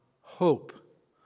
hope